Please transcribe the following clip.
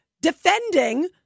defending